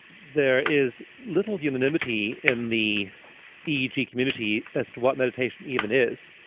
there is little unanimity in the eeg community as to what meditation even is.